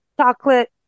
Chocolate